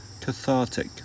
cathartic